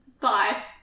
Bye